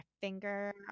finger